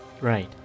Right